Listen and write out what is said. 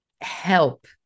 help